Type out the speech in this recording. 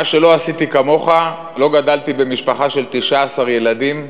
מה שלא עשיתי כמוך, לא גדלתי במשפחה של 19 ילדים.